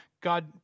God